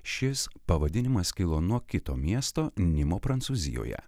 šis pavadinimas kilo nuo kito miesto nimo prancūzijoje